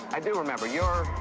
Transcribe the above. i do remember. you're. uhhh.